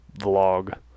vlog